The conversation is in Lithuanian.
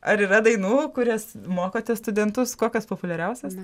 ar yra dainų kurias mokote studentus kokios populiariausios